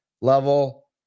level